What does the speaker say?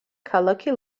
ქალაქი